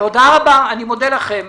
תודה רבה, אני מודה לכם.